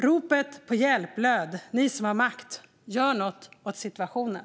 Ropet på hjälp löd: "Ni som har makt - gör något åt situationen!"